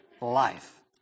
life